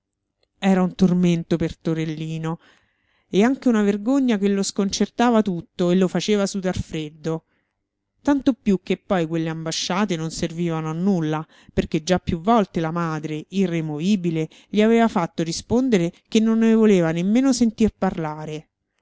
era un tormento per torellino e anche una vergogna che lo sconcertava tutto e lo faceva sudar freddo tanto più che poi quelle ambasciate non servivano a nulla perché già più volte la madre irremovibile gli aveva fatto rispondere che non ne voleva nemmeno sentir parlare